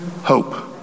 hope